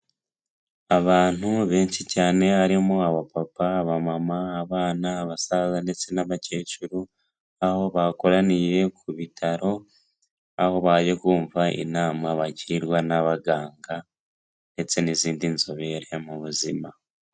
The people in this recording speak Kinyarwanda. Abantu benshi cyane harimo aba papa, abamama, abana, abasaza ndetse n'abakecuru aho bakoraniye ku bitaro, aho bari kumva inama bagirwa n'abaganga ndetse n'izindi nzobere mu buzima.